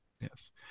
Yes